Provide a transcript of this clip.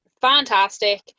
fantastic